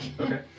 Okay